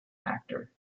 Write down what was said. actor